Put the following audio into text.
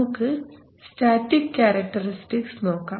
നമുക്ക് static characteristics നോക്കാം